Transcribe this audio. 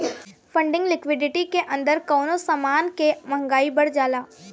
funding liquidity के अंदर कवनो समान के महंगाई बढ़ जाला